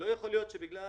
לא יכול להיות שבגלל